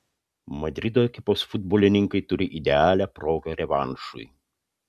madrido ekipos futbolininkai turi idealią progą revanšui